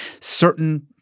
certain